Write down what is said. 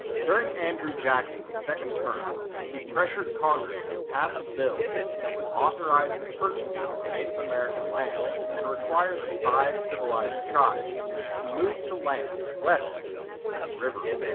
during andrew jackson's second term he pressured congress to pass a bill that would authorize the purchase of native american lands and require the five civilized tribes to move to lands west of the mississippi river.